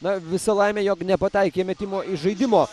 na visa laimė jog nepataikė metimo iš žaidimo